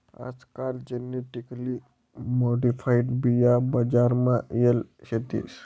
आजकाल genetically modified बिया बजार मा येल शेतीस